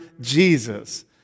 Jesus